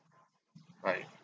bye